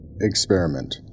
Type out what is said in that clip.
Experiment